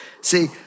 See